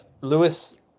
Lewis